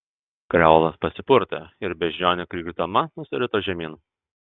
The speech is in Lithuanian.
kreolas pasipurtė ir beždžionė krykšdama nusirito žemyn